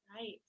Right